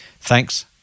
Thanks